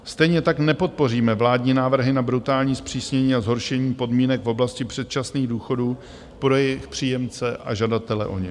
Stejně tak nepodpoříme vládní návrhy na brutální zpřísnění a zhoršení podmínek v oblasti předčasných důchodů pro jejich příjemce a žadatele o ně.